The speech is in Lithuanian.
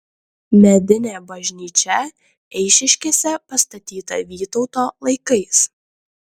medinė bažnyčia eišiškėse pastatyta vytauto laikais